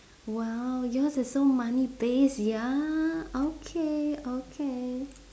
!wow! yours is so money based ya okay okay